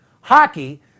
hockey